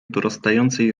dorastającej